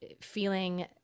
feeling